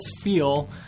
feel